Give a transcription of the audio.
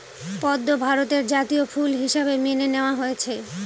পদ্ম ভারতের জাতীয় ফুল হিসাবে মেনে নেওয়া হয়েছে